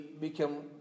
become